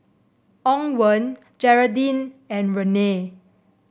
Owen Jeraldine and Renee